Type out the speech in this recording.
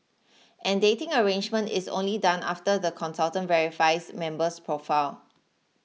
and dating arrangement is only done after the consultant verifies member's profile